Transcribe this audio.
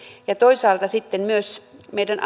ja toisaalta sitten myös meidän